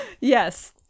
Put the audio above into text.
Yes